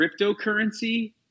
cryptocurrency